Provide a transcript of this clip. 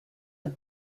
are